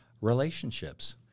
relationships